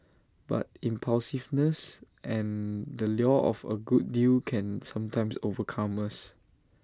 but impulsiveness and the lure of A good deal can sometimes overcome us